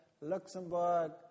Luxembourg